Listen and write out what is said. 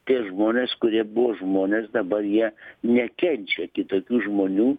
tie žmonės kurie buvo žmonės dabar jie nekenčia kitokių žmonių